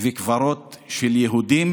וקברות של יהודים,